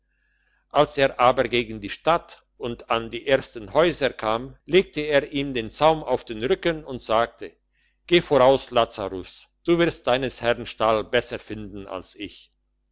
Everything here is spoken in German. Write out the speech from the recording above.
als er aber gegen die stadt und an die ersten häuser kam legte er ihm den zaum auf den rücken und sagte geh voraus lazarus du wirst deines herrn stall besser finden als ich